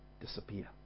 disappear